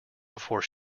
before